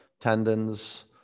tendons